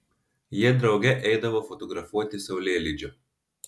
jie drauge eidavo fotografuoti saulėlydžio